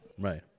Right